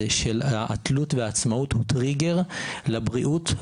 של התלות והעצמאות הוא טריגר לבריאות,